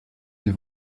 die